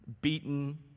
Beaten